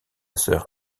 sœur